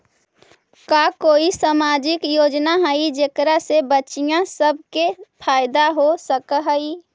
का कोई सामाजिक योजना हई जेकरा से बच्चियाँ सब के फायदा हो सक हई?